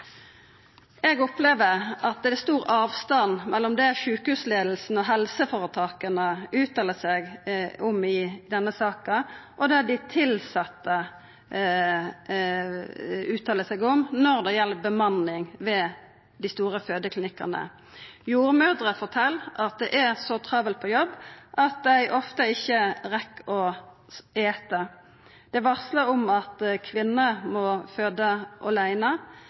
Eg opplever at det er stor avstand mellom det sjukehusleiinga og helseføretaka uttaler seg om i denne saka, og det dei tilsette uttaler seg om når det gjeld bemanning ved dei store fødeklinikkane. Jordmødrer fortel at det er så travelt på jobb at dei ofte ikkje rekk å eta. Dei varslar om at kvinner må føda åleine, og